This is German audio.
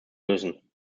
lösen